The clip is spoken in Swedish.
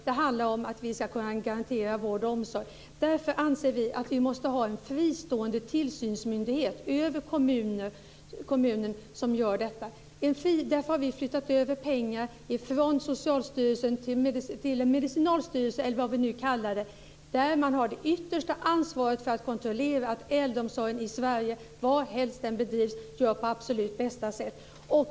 Det handlar om att vi ska kunna garantera vård och omsorg. Därför anser vi att vi måste en fristående tillsynsmyndighet över kommunen. Vi har därför flyttat över pengar från Socialstyrelsen till en medicinalstyrelse, eller vad man nu vill kalla det, där man har det yttersta ansvaret för att kontrollera att äldreomsorgen i Sverige, varhelst den bedrivs, bedrivs på absolut bästa sätt.